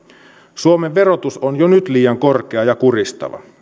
suomen verotus on jo nyt liian korkea ja kuristava